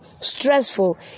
stressful